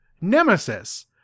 nemesis